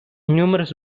numerous